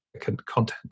content